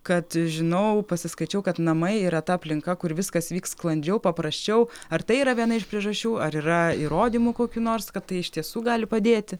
kad žinau pasiskaičiau kad namai yra ta aplinka kur viskas vyks sklandžiau paprasčiau ar tai yra viena iš priežasčių ar yra įrodymų kokių nors kad tai iš tiesų gali padėti